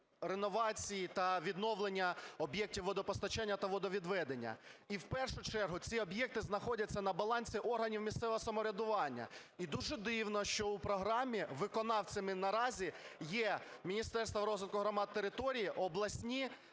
реновації та відновлення об'єктів водопостачання та водовідведення. І в першу чергу ці об'єкти знаходяться на балансі органів місцевого самоврядування, і дуже дивно, що у програмі виконавцями наразі є Міністерство розвитку громад, територій, обласні,